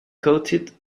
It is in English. coated